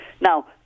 Now